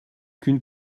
qu’une